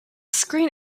screen